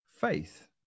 faith